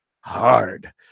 hard